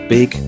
Big